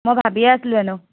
মই ভাবিয়ে আছিলোঁ এনেও